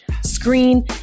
screen